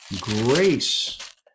grace